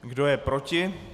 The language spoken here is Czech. Kdo je proti?